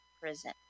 prison